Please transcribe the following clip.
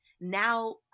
now